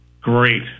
Great